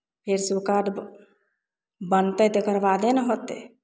फेरसँ ओ कार्ड ब् बनतै तकर बादे ने होतै